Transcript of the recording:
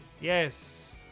Yes